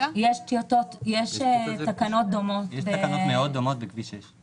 יש תקנות דומות בכביש 6,